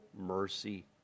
mercy